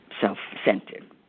self-centered